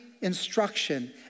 instruction